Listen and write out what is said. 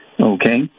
okay